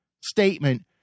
statement